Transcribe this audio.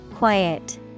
Quiet